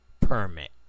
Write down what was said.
permit